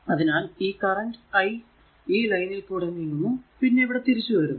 അതിനാൽ ഈ current i ഈ ലൈനിൽ കൂടെ നീങ്ങുന്നു പിന്നെ ഇവിടെ തിരിച്ചു വരുന്നു